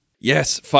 Yes